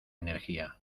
energía